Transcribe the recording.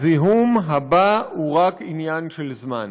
הזיהום הבא הוא רק עניין של זמן.